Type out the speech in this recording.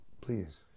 please